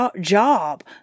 job